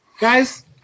Guys